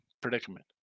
predicament